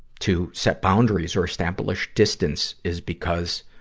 to set boundaries or establish distance, is because